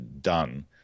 done